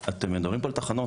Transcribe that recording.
אתם מדברים פה על תחנות.